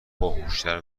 باهوشتر